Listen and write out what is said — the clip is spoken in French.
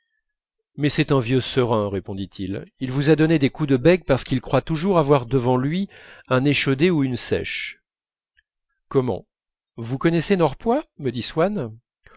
mais c'est un vieux serin répondit-il il vous a donné des coups de bec parce qu'il croit toujours avoir devant lui un échaudé ou une seiche comment vous connaissez norpois me dit swann